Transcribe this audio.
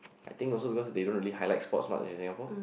I think also because they don't really highlight sports much in Singapore